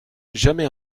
jamais